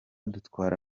dutwara